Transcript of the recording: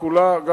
וגם לנו,